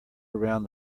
around